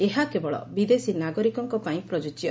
ଏହା କେବଳ ବିଦେଶୀ ନାଗରିକଙ୍କ ପାଇଁ ପ୍ରଯୁଜ୍ୟ